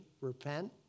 Repent